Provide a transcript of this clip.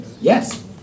Yes